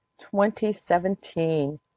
2017